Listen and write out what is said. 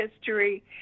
history